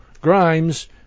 Grimes